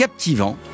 captivant